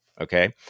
Okay